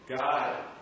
God